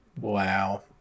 Wow